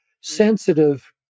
sensitive